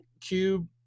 Cube